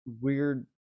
weird